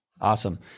Awesome